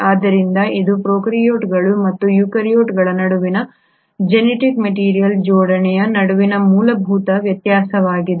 ಆದ್ದರಿಂದ ಇದು ಪ್ರೊಕಾರ್ಯೋಟ್ಗಳು ಮತ್ತು ಯುಕ್ಯಾರಿಯೋಟ್ಗಳ ನಡುವಿನ ಜೆನೆಟಿಕ್ ಮೆಟೀರಿಯಲ್ ಜೋಡಣೆಯ ನಡುವಿನ ಮೂಲಭೂತ ವ್ಯತ್ಯಾಸವಾಗಿದೆ